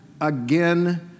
again